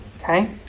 Okay